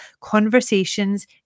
conversations